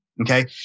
okay